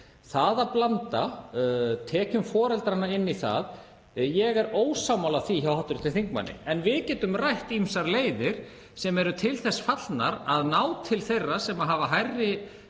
Það að blanda tekjum foreldranna inn í það, ég er ósammála því hjá hv. þingmanni en við getum rætt ýmsar leiðir sem eru til þess fallnar að ná til þeirra sem hafa hærri